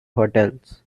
hotels